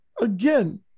again